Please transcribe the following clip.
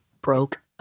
Broke